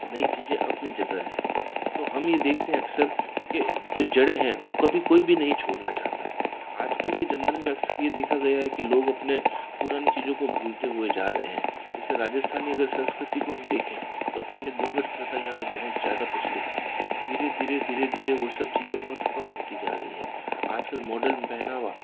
नई चीज़ें अपनी जगह है तो हम यह देखते हैं अक्सर के जो जड़े हैं वह कभी कोई भी नहीं छोड़ना चाहता आजकल के ज़माने में अक्सर यह देखा गया है कि लोग अपने पुरानी चीज़ों को भूलते हुए जा रहे हैं इसे राजस्थानी अगर संस्कृति को हम देखें तो पहले घूंघट प्रथा यहाँ पर बहुत ज़्यादा प्रचलित थी धीरे धीरे धीरे धीरे वह सब चीज़ें बहुत कम होती जा रही है आजकल मॉडल पहनावा